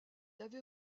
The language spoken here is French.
avait